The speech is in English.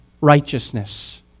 righteousness